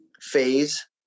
phase